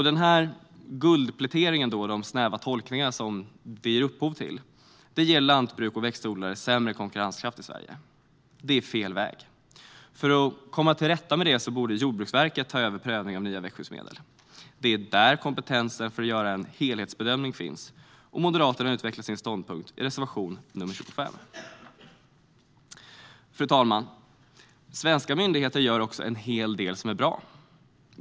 Denna guldplätering och de snäva tolkningar den ger upphov till ger lantbruk och växtodlare i Sverige sämre konkurrenskraft. Det är fel väg. För att komma till rätta med detta borde Jordbruksverket ta över prövningen av nya växtskyddsmedel. Det är där kompetensen för att göra en helhetsbedömning finns, och Moderaterna utvecklar sin ståndpunkt i reservation 25. Fru talman! Svenska myndigheter gör också en hel del som är bra.